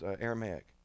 Aramaic